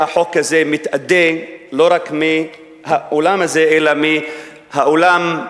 לכך שהחוק הזה מתאדה לא רק מהעולם הזה אלא מן העולם,